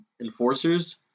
enforcers